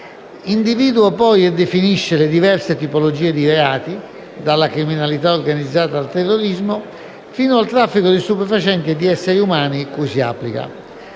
individua e definisce le diverse tipologie di reati (dalla criminalità organizzata al terrorismo, fino al traffico di stupefacenti e di esseri umani) cui si applica.